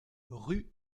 rue